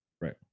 right